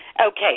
Okay